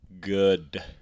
good